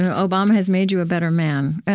ah obama has made you a better man.